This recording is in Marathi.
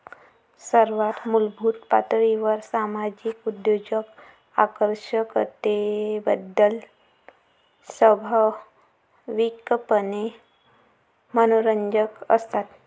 सर्वात मूलभूत पातळीवर सामाजिक उद्योजक आकर्षकतेबद्दल स्वाभाविकपणे मनोरंजक असतात